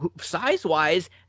size-wise